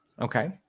Okay